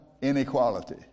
inequality